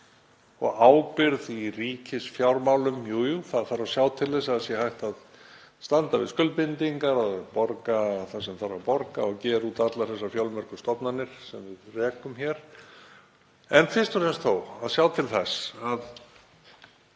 Ábyrgð í ríkisfjármálum — jú, jú, það þarf að sjá til þess að hægt sé að standa við skuldbindingar og borga það sem þarf að borga og gera út allar þær fjölmörgu stofnanir sem við rekum hér. Fyrst og fremst þarf þó að sjá til þess að